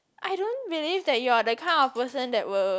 I don't believe that you are the kind of person that will